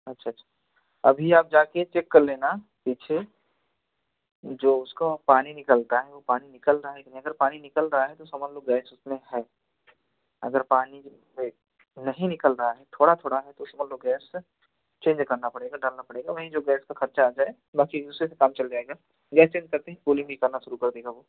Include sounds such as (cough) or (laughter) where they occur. अच्छा अच्छा अभी आप जाकर चेक कर लेना पीछे जो उसका पानी निकलता है वह पानी निकल रहा है कि नहीं अगर पानी निकल रहा है तो समझ लो गैस उसमें है अगर पानी (unintelligible) नहीं निकल रहा है थोड़ा थोड़ा है तो समझ लो गैस चेंज करना पड़ेगा डालना पड़ेगा वही जो गैस का ख़र्च आ जाए बाक़ी उससे भी काम चल जाएगा गैस चेंज करते ही कूलिंग भी करना शुरु कर देगा वह